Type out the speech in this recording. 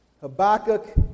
Habakkuk